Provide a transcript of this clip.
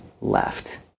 left